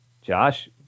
Josh